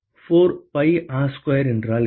4 pi R square என்றால் என்ன